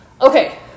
okay